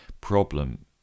problem